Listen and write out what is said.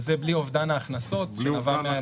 וזה בלי אובדן ההכנסות שנבע מהירידה בהכנסות.